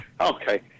Okay